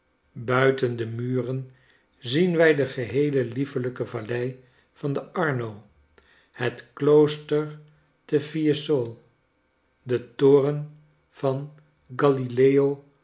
buiten de muren zien wij de geheele liefelijke vallei van de arno het klooster te fiesole den toren van galileo